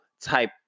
type